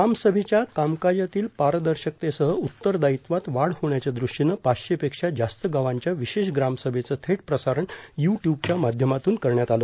ग्रामसभेच्या कामकाजातील पारदर्शकतेसह उत्तरदायीत्वात वाढ होण्याच्या ृष्टीनं पाचशे पेक्षा जास्त गावांच्या विशेष ग्रामसभेचं थेट प्रसारण यू ट्यूबच्या माध्यमातून करण्यात आलं